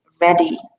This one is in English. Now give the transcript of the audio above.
ready